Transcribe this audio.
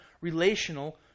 relational